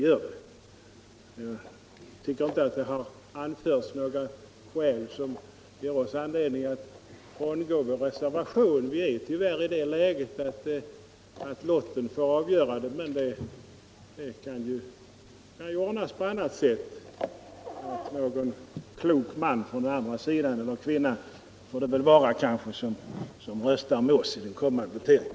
Jag tycker inte att det har anförts några skäl som ger oss anledning att frångå vår reservation. Vi är tyvärr i det läget att lotten får avgöra saken, men det kan ju ordnas på annat sätt, t: ex. genom att någon klok man - eller kvinna får det kanske vara — röstar med oss i den kommande voteringen.